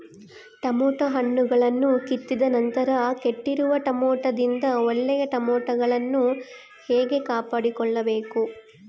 Tomato ಹಣ್ಣುಗಳನ್ನು ಕಿತ್ತಿದ ನಂತರ ಕೆಟ್ಟಿರುವ ಟೊಮೆಟೊದಿಂದ ಒಳ್ಳೆಯ ಟೊಮೆಟೊಗಳನ್ನು ಹೇಗೆ ಕಾಪಾಡಿಕೊಳ್ಳಬೇಕು?